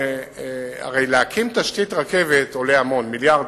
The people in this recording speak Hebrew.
הרי להקים תשתית רכבת עולה המון, מיליארדים.